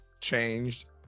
changed